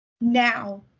now